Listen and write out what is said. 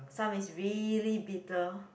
some is really bitter